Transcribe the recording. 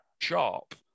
sharp